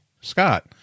Scott